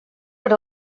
per